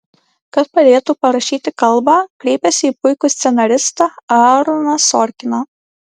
kad padėtų parašyti kalbą kreipėsi į puikų scenaristą aaroną sorkiną